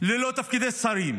ללא תפקידי שרים,